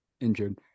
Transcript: injured